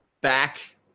back